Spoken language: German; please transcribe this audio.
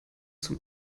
zum